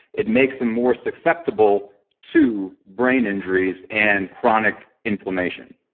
it makes them more susceptible to brain injuries and chronic inflammation